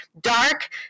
dark